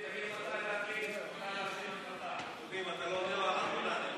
דודי, אם אתה לא עונה לו, אנחנו נענה לו.